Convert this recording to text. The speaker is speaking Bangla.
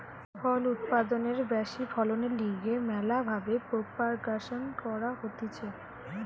ফল উৎপাদনের ব্যাশি ফলনের লিগে ম্যালা ভাবে প্রোপাগাসন ক্যরা হতিছে